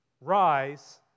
Rise